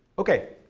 ok,